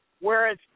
Whereas